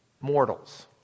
mortals